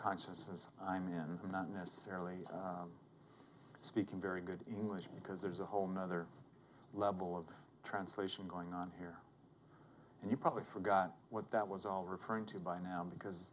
consciousness i'm in not necessarily speaking very good english because there's a whole nother level of translation going on here and you probably forgot what that was all referring to by now because